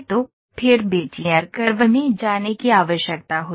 तो फिर Bezier curve में जाने की आवश्यकता हुई